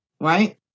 right